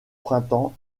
printemps